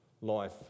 life